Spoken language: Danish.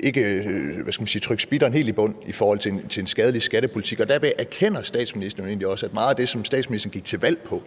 ikke trykke speederen helt i bund i forhold til en skadelig skattepolitik. Derved erkender statsministeren egentlig også, at meget af det, statsministeren gik til valg på,